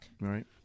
Right